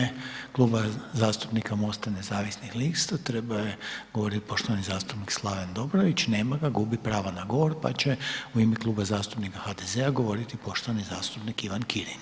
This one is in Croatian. U ime Kluba zastupnika Most-a nezavisnih lista trebao je govoriti poštovani zastupnik Slaven Dobrović, nema ga, gubi pravo na govor, pa će u ime Kluba zastupnika HDZ-a govoriti poštovani zastupnik Ivan Kirin.